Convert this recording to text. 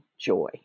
joy